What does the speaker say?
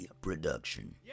production